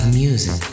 music